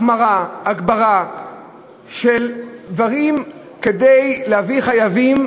החמרה והגברה של דברים כדי להביא חייבים